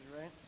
right